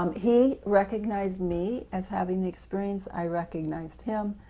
um he recognized me as having the experience, i recognized him,